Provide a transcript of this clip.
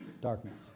Darkness